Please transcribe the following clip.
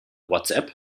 whatsapp